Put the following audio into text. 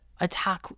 attack